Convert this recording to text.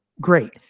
great